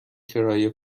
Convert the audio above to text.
کرایه